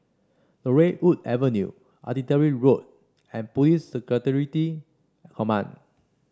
Laurel Wood Avenue Artillery Road and Police Security Command